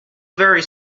very